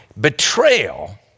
Betrayal